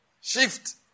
Shift